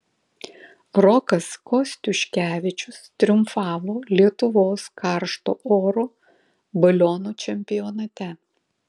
rokas kostiuškevičius triumfavo lietuvos karšto oro balionų čempionate